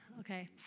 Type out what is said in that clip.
Okay